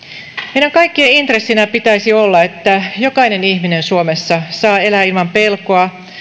meidän kaikkien intressinä pitäisi olla että jokainen ihminen suomessa saa elää ilman pelkoa